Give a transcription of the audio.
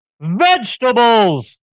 Vegetables